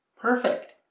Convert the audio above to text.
perfect